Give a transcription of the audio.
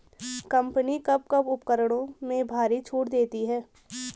Company कब कब उपकरणों में भारी छूट देती हैं?